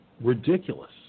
ridiculous